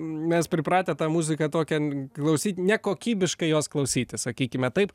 mes pripratę tą muziką tokią m klausyt nekokybiškai jos klausytis sakykime taip